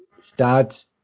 start